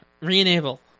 re-enable